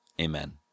amen